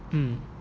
mm